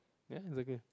ya exactly